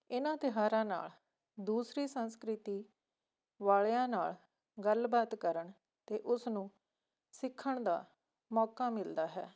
ਇਹਨਾਂ ਤਿਉਹਾਰਾਂ ਨਾਲ ਦੂਸਰੀ ਸੰਸਕ੍ਰਿਤੀ ਵਾਲਿਆਂ ਨਾਲ ਗੱਲਬਾਤ ਕਰਨ ਅਤੇ ਉਸਨੂੰ ਸਿੱਖਣ ਦਾ ਮੌਕਾ ਮਿਲਦਾ ਹੈ